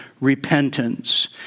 repentance